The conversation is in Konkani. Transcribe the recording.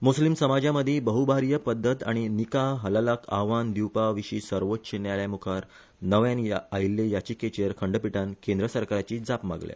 मुस्लिम समाजामदी बहुभार्या पध्दत आनी निकाह हलालाक आव्हान दिवपा विशी सर्वोच्च न्यायालयामुखार नव्यान आयिल्ले याचिकेचेर खंडपीठान केंद्र सरकाराची जाप मागल्या